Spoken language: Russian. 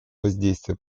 воздействие